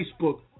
Facebook